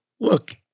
look